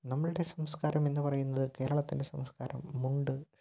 നമ്മളുടെ സംസ്കാരമെന്ന് പറയുന്നത് കേരളത്തിൻ്റെ സംസ്കാരം മുണ്ട് ഷർട്ട്